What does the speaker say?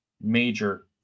major